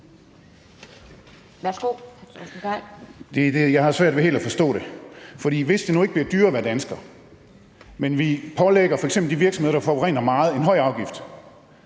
(ALT): Jeg har svært ved helt at forstå det, hvis det nu ikke bliver dyrere at være dansker. Hvis vi pålægger f.eks. de virksomheder, der forurener meget, en høj afgift,